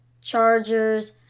Chargers